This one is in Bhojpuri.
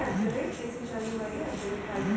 चीन के बाद अपनी देश में एकर पैदावार खूब होला